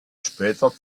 später